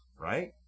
Right